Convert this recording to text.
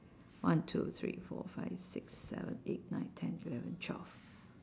one two three four five six seven eight nine ten eleven twelve